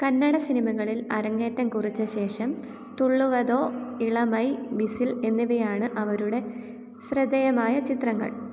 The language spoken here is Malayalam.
കന്നഡ സിനിമകളിൽ അരങ്ങേറ്റം കുറിച്ച ശേഷം തുള്ളുവദോ ഇളമൈ വിസിൽ എന്നിവയാണ് അവരുടെ ശ്രദ്ധേയമായ ചിത്രങ്ങൾ